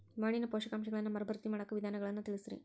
ಮಣ್ಣಿನ ಪೋಷಕಾಂಶಗಳನ್ನ ಮರುಭರ್ತಿ ಮಾಡಾಕ ವಿಧಾನಗಳನ್ನ ತಿಳಸ್ರಿ